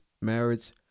Marriage